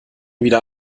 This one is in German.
wieder